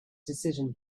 decision